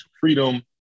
freedom